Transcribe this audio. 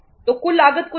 तो कुल लागत को देखो